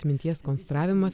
atminties konstravimas